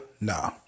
Nah